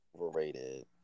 overrated